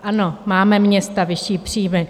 Ano, máme města vyšší příjmy.